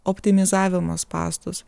optimizavimo spąstus